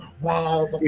wow